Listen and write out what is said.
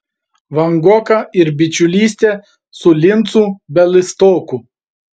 vangoka ir bičiulystė su lincu bialystoku